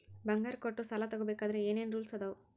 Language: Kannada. ಬಂಗಾರ ಕೊಟ್ಟ ಸಾಲ ತಗೋಬೇಕಾದ್ರೆ ಏನ್ ಏನ್ ರೂಲ್ಸ್ ಅದಾವು?